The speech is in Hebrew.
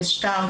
איריס שטרק,